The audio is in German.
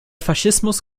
faschismus